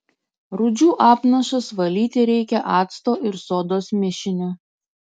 rūdžių apnašas valyti reikia acto ir sodos mišiniu